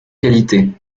qualité